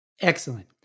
Excellent